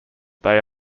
they